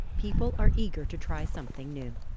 people are eager to try something new.